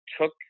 took